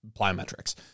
plyometrics